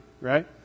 right